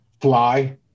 fly